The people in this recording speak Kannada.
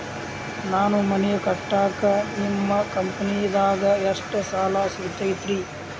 ನಾ ಮನಿ ಕಟ್ಟಾಕ ನಿಮ್ಮ ಕಂಪನಿದಾಗ ಎಷ್ಟ ಸಾಲ ಸಿಗತೈತ್ರಿ?